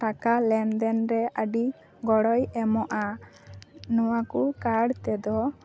ᱴᱟᱠᱟ ᱞᱮᱱᱫᱮᱱ ᱨᱮ ᱟ ᱰᱤ ᱜᱚᱲᱚᱭ ᱮᱢᱚᱜᱼᱟ ᱱᱚᱣᱟ ᱠᱚ ᱠᱟᱨᱰ ᱛᱮᱫᱚ